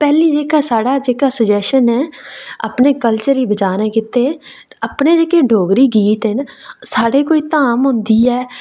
पैह्लें जेह्का साढ़ा जेह्का सुजैशन ऐ अपने कल्चर गी बचाने गितै अपने जेह्के डोगरी गीत न साढ़े कोई धाम होंदी ऐ